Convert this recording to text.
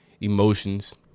emotions